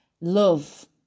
love